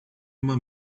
uma